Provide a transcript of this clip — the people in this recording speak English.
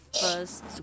first